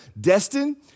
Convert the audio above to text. Destin